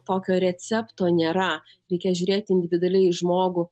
tokio recepto nėra reikia žiūrėti individualiai į žmogų